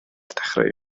dechrau